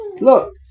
Look